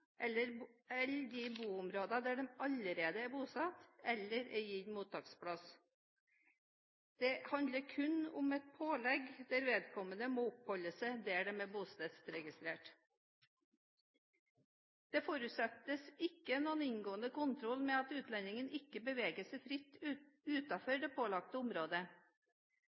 eller boområder enn der de allerede er bosatt, eller er gitt mottaksplass. Det handler kun om et pålegg. Vedkommende må oppholde seg der han er bostedsregistrert. Det forutsettes ikke noen inngående kontroll med at utlendingen ikke beveger seg fritt utenfor det pålagte området,